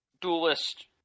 Duelist